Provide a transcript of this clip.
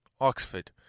Oxford